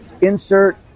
insert